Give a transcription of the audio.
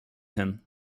him